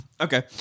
Okay